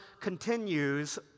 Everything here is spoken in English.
continues